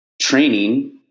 training